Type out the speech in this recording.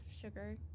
sugar